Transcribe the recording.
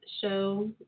show